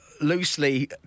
loosely